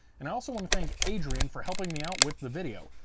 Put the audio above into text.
and i also want to thank adrian for helping me out with the video,